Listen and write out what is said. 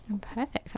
Perfect